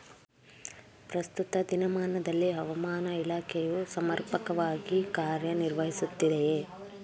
ಪ್ರಸ್ತುತ ದಿನಮಾನದಲ್ಲಿ ಹವಾಮಾನ ಇಲಾಖೆಯು ಸಮರ್ಪಕವಾಗಿ ಕಾರ್ಯ ನಿರ್ವಹಿಸುತ್ತಿದೆಯೇ?